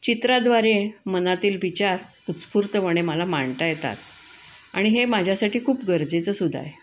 चित्राद्वारे मनातील विचार उत्स्फूर्तपणे मला मांडता येतात आणि हे माझ्यासाठी खूप गरजेचं सुद्धा आहे